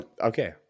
Okay